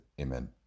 Amen